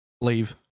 Leave